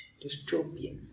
dystopian